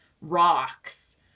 rocks